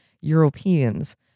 Europeans